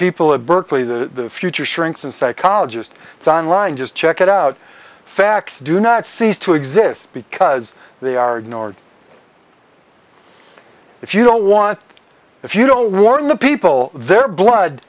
people of berkeley the future shrinks and psychologists it's on line just check it out facts do not cease to exist because they are ignored if you don't want if you don't warn the people their blood